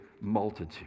multitude